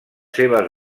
seves